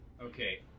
Okay